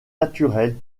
naturelle